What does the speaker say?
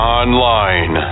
online